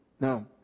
No